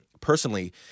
personally